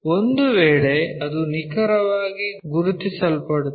ಒಂದು ವೇಳೆ ಅದು ನಿಖರವಾಗಿ ಗುರುತಿಸಲ್ಪಡುತ್ತದೆ